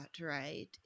right